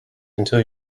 until